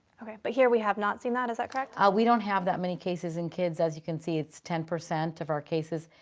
okay. but here we have not seen that, is that correct? ah we don't have that many cases in kids. as you can see, it's ten percent of our cases.